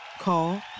Call